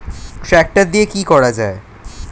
Tractor দিয়ে কি করা যায়?